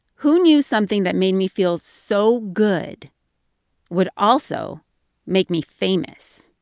who knew something that made me feel so good would also make me famous?